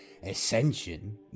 Ascension